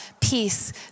peace